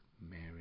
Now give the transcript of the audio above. mary